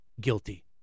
guilty